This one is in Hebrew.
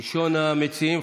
ראשון המציעים,